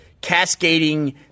cascading